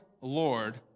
Lord